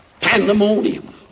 pandemonium